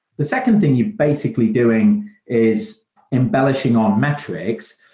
the second thing you're basically doing is embellishing on metrics.